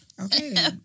Okay